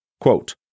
Quote